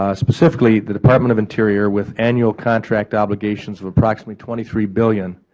ah specifically, the department of interior, with annual contract obligations of approximately twenty three billion